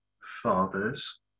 fathers